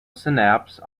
synapse